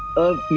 of